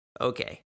Okay